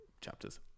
chapters